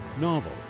novel